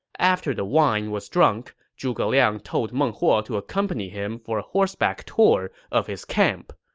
after the wine was drunk, zhuge liang told meng huo to accompany him for a horseback tour of his camp.